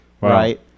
right